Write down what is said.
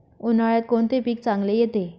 उन्हाळ्यात कोणते पीक चांगले येते?